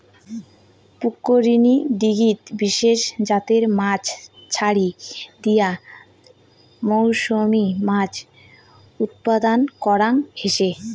পুষ্করিনী, দীঘিত বিশেষ জাতের মাছ ছাড়ি দিয়া মরসুমী মাছ উৎপাদন করাং হসে